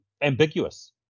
ambiguous